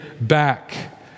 back